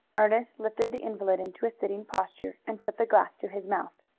ernest lifted the invalid into a sitting posture, and put the glass to his mouth.